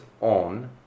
on